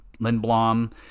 Lindblom